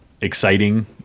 exciting